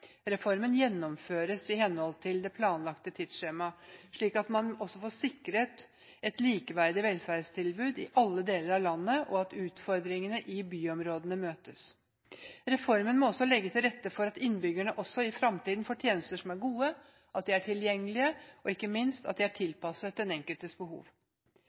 gjennomføres i henhold til det planlagte tidsskjemaet, slik at man får sikret et likeverdig velferdstilbud i alle deler av landet, og at utfordringene i byområdene møtes. Reformen må også legge til rette for at innbyggerne også i fremtiden får tjenester som er gode, tilgjengelige og, ikke minst, er tilpasset den enkeltes behov.